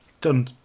done